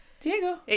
Diego